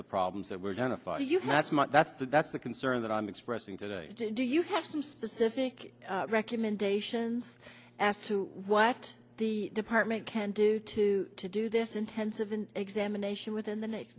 the problems that we're going to find you've not smart that's the that's the concern that i'm expressing today do you have some specific recommendations as to what the department can do to to do this intensive an examination within the next